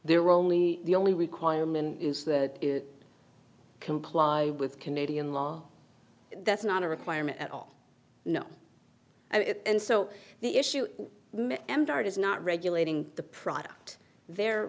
there are only the only requirement is that comply with canadian law that's not a requirement at all no and so the issue embarked is not regulating the product they're